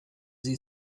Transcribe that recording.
sie